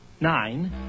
nine